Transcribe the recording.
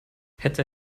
hätte